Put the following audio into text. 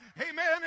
amen